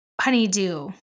honeydew